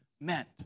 meant